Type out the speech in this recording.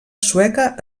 sueca